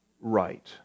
right